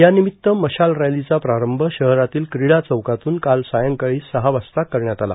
यानिमित्त मशाल रॅलीचा प्रारंभ शहरातील क्रीडा चौकातून काल सायंकाळी सहा वाजता करण्यात आला